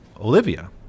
Olivia